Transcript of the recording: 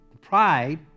pride